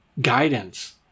guidance